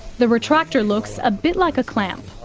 the retractor looks a bit like a clamp.